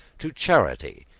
to charity,